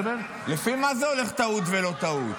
לפי מה זה הולך טעות ולא טעות?